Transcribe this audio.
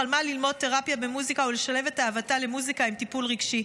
חלמה ללמוד תרפיה במוזיקה ולשלב את אהבתה למוזיקה עם טיפול רגשי.